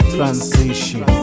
Transition